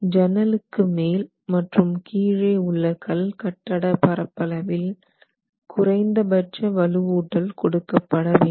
ஜன்னலுக்கு மேல் மற்றும் கீழே உள்ள கல் கட்டட பரப்பளவில் குறைந்தபட்ச வலுவூட்டல் கொடுக்கப்பட வேண்டும்